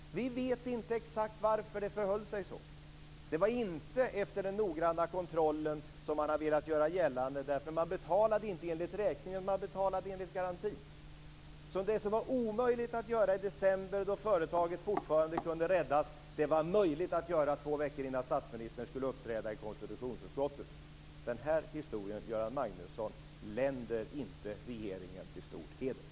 Vi vet inte exakt varför det förhöll sig så. Det var inte efter den noggranna kontrollen, vilket man har velat göra gällande, eftersom man inte betalade enligt räkningen, utan man betalade enligt garantin. Så det som var omöjligt att göra i december, då företaget fortfarande kunde räddas, det var möjligt att göra två veckor innan statsministern skulle uppträda i konstitutionsutskottet. Den här historien, Göran Magnusson, länder inte regeringen till stor heder.